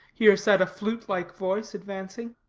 here said a flute-like voice, advancing.